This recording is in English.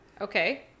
Okay